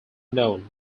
known